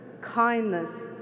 kindness